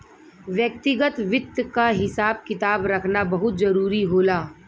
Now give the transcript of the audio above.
व्यक्तिगत वित्त क हिसाब किताब रखना बहुत जरूरी होला